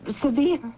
severe